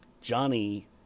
Johnny